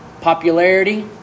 Popularity